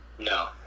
No